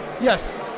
Yes